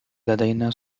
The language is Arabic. لدينا